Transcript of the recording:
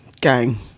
Gang